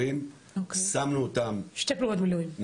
גייסנו שתי פלוגות מילואים,